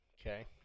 Okay